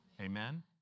Amen